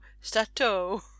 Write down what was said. stato